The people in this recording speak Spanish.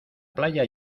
playa